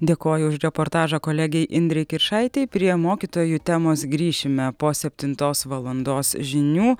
dėkoju už reportažą kolegei indrei kiršaitei prie mokytojų temos grįšime po septintos valandos žinių